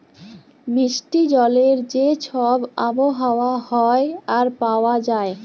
মিষ্টি জলের যে ছব আবহাওয়া হ্যয় আর পাউয়া যায়